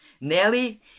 Nelly